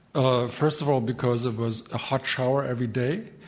ah first of all, because it was a hot shower every day,